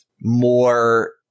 more